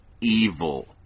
evil